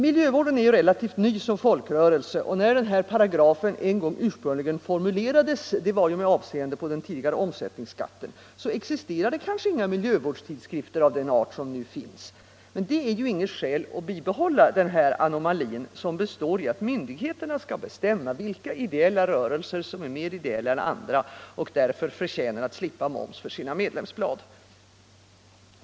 Miljövården är ju relativt ny som folkrörelse, och när denna paragraf ursprungligen formulerades med avseende på den tidigare omsättningsskatten, existerade kanske inga miljövårdstidskrifter av den art som nu finns. Men det är ju inget skäl att bibehålla denna anomali, som består i att myndigheterna skall bestämma vilka ideella rörelser som är mer ideella än andra och därför förtjänar att slippa moms för sina medlemsblad.